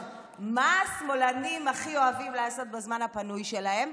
מה השמאלנים הכי אוהבים לעשות בזמן הפנוי שלהם?